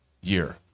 year